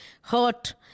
hurt